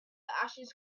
ashes